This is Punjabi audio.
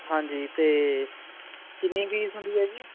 ਹਾਂਜੀ ਅਤੇ ਕਿੰਨੀ ਫੀਸ ਹੁੰਦੀ ਹੈ ਜੀ